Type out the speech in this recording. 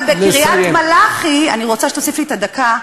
אבל בקריית-מלאכי, אני רוצה שתוסיף לי את הדקה.